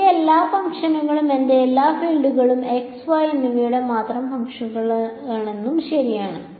അതിനാൽ എന്റെ എല്ലാ ഫംഗ്ഷനുകളും എന്റെ എല്ലാ ഫീൽഡുകളും x y എന്നിവയുടെ മാത്രം ഫംഗ്ഷനുകളാണെന്നും ശരിയാണ്